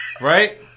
Right